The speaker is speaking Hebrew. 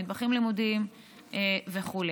מטבחים לימודיים וכו'.